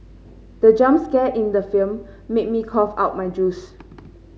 the jump scare in the film made me cough out my juice